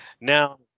Now